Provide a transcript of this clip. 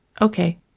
Okay